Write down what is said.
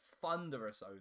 thunderous